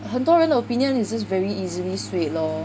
很多人的 opinion 也是 very easily swayed lor